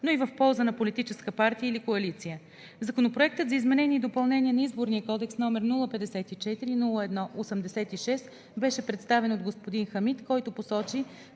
но и в полза на политическа партия или коалиция. Законопроектът за изменение и допълнение на Изборния кодекс, № 054-01-86, беше представен от господин Хамид, който посочи,